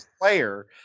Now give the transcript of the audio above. player